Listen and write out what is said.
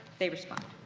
they respond.